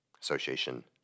Association